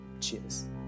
cheers